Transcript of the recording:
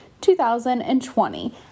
2020